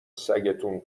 سگتون